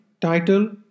title